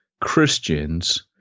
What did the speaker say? Christians